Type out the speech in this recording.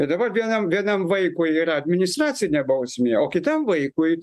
ir dabar vienam vienam vaikui yra administracinė bausmė o kitam vaikui